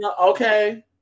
okay